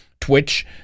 Twitch